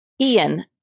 Ian